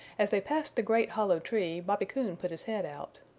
as they passed the great hollow tree bobby coon put his head out.